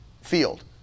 field